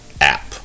App